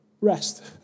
Rest